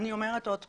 אני אומרת שוב,